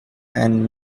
and